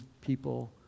people